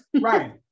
Right